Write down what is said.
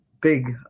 big